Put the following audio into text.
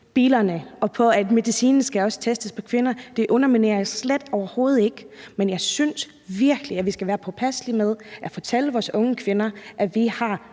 biler, og at medicin også skal testes på kvinder – det underkender jeg slet ikke – men jeg synes virkelig, vi skal være påpasselige med at fortælle vores unge kvinder, at vi har